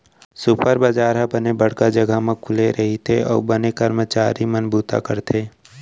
super बजार ह बने बड़का जघा म खुले रइथे अउ बने करमचारी मन बूता करथे